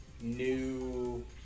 new